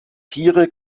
tiere